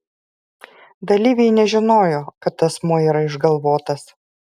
dalyviai nežinojo kad asmuo yra išgalvotas